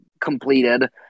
completed